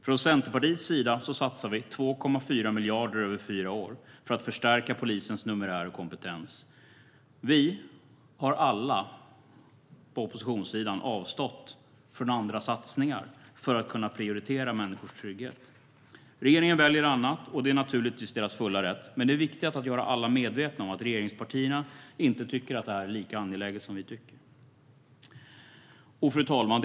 Från Centerpartiets sida satsar vi 2,4 miljarder över fyra år för att förstärka polisens numerära kompetens. Vi på oppositionssidan har alla avstått från andra satsningar för att kunna prioritera människors trygghet. Regeringen väljer annat, och det är naturligtvis dess fulla rätt. Men det är viktigt att göra alla medvetna om att regeringspartierna inte tycker att det är lika angeläget som vi gör. Fru talman!